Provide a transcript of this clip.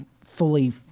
fully